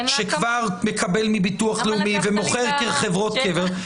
שכבר מקבל מביטוח לאומי ומוכר חלקות קבר,